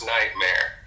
Nightmare